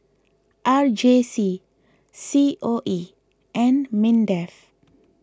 R J C C O E and Mindef